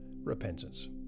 repentance